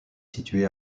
situé